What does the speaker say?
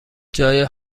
جای